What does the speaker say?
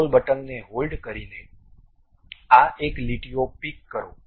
control બટનને hold કરીને આ એક લીટીઓ પીક કરો